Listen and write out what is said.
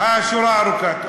והשורה ארוכה.